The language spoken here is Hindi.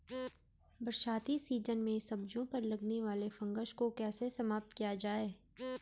बरसाती सीजन में सब्जियों पर लगने वाले फंगस को कैसे समाप्त किया जाए?